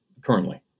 currently